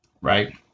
right